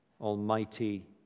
Almighty